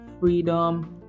freedom